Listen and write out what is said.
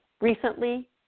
recently